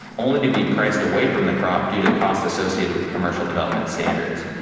only to be priced away from the crop due to costs associated with commercial development standards.